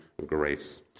Grace